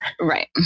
Right